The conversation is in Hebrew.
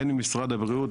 הן ממשרד הבריאות,